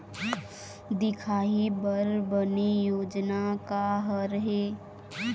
दिखाही बर बने योजना का हर हे?